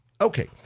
Okay